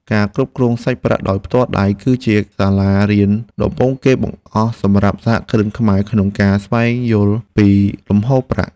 ការគ្រប់គ្រងសាច់ប្រាក់ដោយផ្ទាល់ដៃ គឺជាសាលារៀនដំបូងគេបង្អស់សម្រាប់សហគ្រិនខ្មែរក្នុងការស្វែងយល់ពីលំហូរប្រាក់។